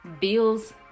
bills